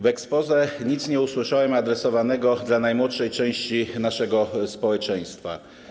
W exposé nic nie usłyszałem adresowanego do najmłodszej części naszego społeczeństwa.